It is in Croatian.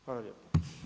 Hvala lijepo.